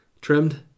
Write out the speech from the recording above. trimmed